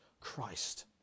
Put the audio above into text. Christ